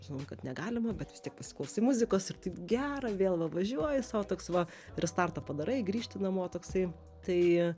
žinau kad negalima bet vis tiek pasiklausai muzikos ir taip gera vėl va važiuoji sau toks va restartą padarai grįžti namo toksai tai